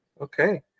okay